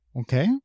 Okay